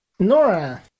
Nora